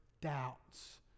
doubts